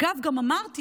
אגב, גם אמרתי